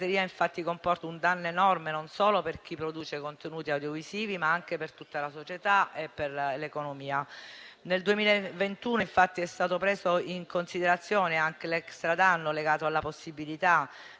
infatti comporta un danno enorme non solo per chi produce contenuti audiovisivi, ma anche per tutta la società e per l'economia. Nel 2021 è stato preso in considerazione anche l'extra danno legato alla possibilità di